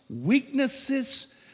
weaknesses